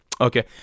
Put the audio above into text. Okay